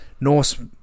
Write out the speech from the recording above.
norse